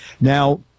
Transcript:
Now